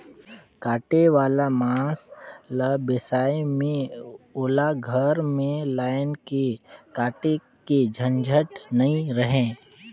कटे वाला मांस ल बेसाए में ओला घर में लायन के काटे के झंझट नइ रहें